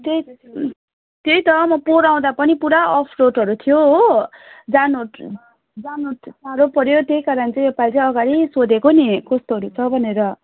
त्यही त त्यही त म पोहोर आउँदा पनि पुरा अफ रोडहरू थियो हो जानु जानु साह्रो पऱ्यो त्यही कारण चाहिँ योपालि चाहिँ अगाडि नै सोधेँको नि कस्तोहरू छ भनेर